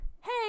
hey